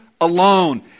alone